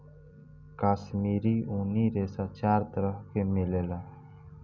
काश्मीरी ऊनी रेशा चार तरह के मिलेला